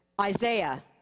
Isaiah